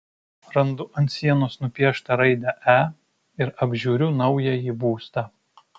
randu ant sienos nupieštą raidę e ir apžiūriu naująjį būstą